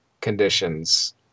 conditions